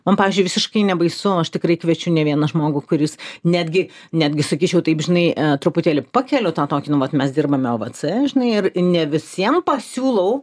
man pavyzdžiui visiškai nebaisu aš tikrai kviečiu ne vieną žmogų kuris netgi netgi sakyčiau taip žinai truputėlį pakeliu tą tokį nu vat mes dirbame ovc žinai ir ne visiem pasiūlau